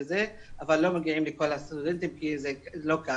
אבל לא מגיעים לכל הסטודנטים כי זה לא קל.